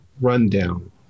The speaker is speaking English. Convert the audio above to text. rundown